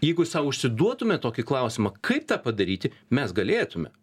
jeigu sau užsiduotume tokį klausimą kaip tą padaryti mes galėtume